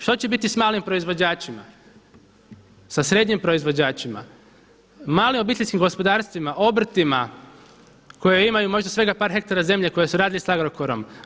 Što će biti sa malim proizvođačima, sa srednjim proizvođačima, malim obiteljskim gospodarstvima, obrtima koji imaju svega par hektara zemlje koje su radili sa Agrokorom?